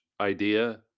idea